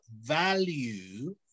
value